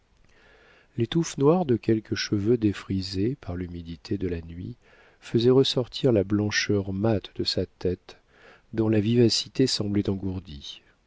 les touffes noires de quelques cheveux défrisés par l'humidité de la nuit faisaient ressortir la blancheur mate de sa tête dont la vivacité semblait engourdie